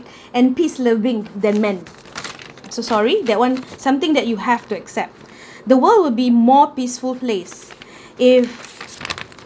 and peace loving than men so sorry that one something that you have to accept the world will be more peaceful place if